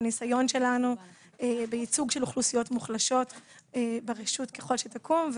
בניסיון שלנו בייצוג של אוכלוסיות מוחלשות ברשות ככל שתקום,